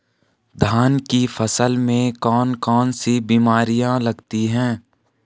धान की फसल में कौन कौन सी बीमारियां लगती हैं?